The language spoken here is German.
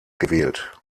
gewählt